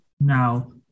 Now